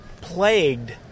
plagued